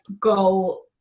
go